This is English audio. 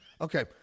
Okay